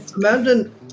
Imagine